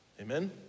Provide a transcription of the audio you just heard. Amen